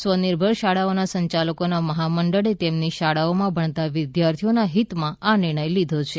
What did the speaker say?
સ્વનિર્ભર શાળાઓના સંચાલકોના મહામંડળે તેમની શાળાઓમાં ભણતા વિદ્યાર્થીઓના હિતમાં આ નિર્ણય લીધો છે